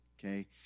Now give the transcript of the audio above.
Okay